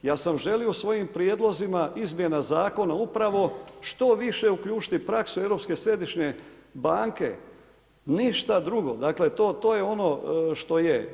Ja sam želio svojim prijedlozima izmjena zakona upravo, što više uključiti praksu Europske središnje banke, ništa drugo, to je ono što je.